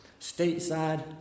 stateside